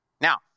Now